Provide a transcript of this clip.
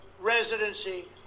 residency